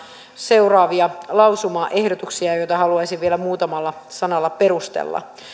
seuraavia lausumaehdotuksia joita haluaisin vielä muutamalla sanalla perustella